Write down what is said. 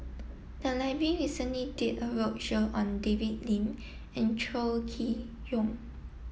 the library recently did a roadshow on David Lim and Chow Chee Yong